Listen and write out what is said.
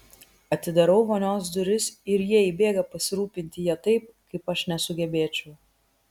atidarau vonios duris ir jie įbėga pasirūpinti ja taip kaip aš nesugebėčiau